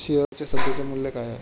शेअर्सचे सध्याचे मूल्य काय आहे?